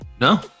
No